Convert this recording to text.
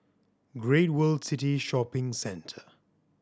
Great World City Shopping Centre